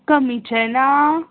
कमीचे ना